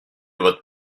votre